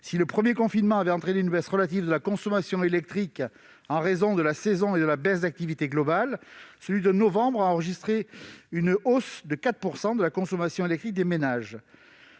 Si le premier confinement a entraîné une baisse relative de la consommation électrique en raison de la saison et de la baisse d'activité globale, une hausse de 4 % de la consommation électrique des ménages